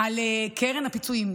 על קרן הפיצויים,